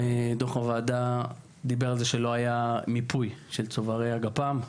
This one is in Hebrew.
דוח הוועדה דיבר על זה שלא היה מיפוי של צוברי הגפ"ם,